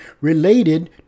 related